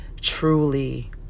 truly